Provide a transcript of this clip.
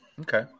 okay